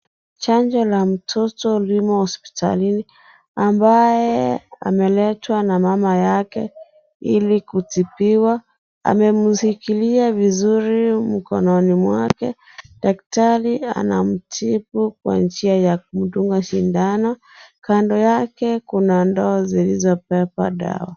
Chanjo la mtoto limo hospitalini. Ambaye ameletwa na mama yake Ili kutibiwa, amemshilkiia vizuri mkononi mwake. Daktari anamtibu kwa njia ya kumdunga sindano. Kando yake kuna ndoo zilizo beba dawa.